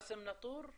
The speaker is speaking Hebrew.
ראסם נאטור.